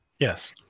Yes